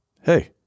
hey